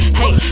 hey